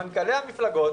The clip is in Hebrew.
מנכ"לי המפלגות